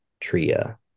TRIA